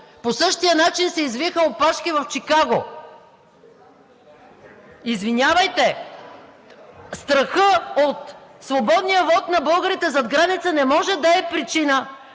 По същия начин се извиха опашки в Чикаго. Извинявайте, страхът от свободния вот на българите зад граница не може да е причина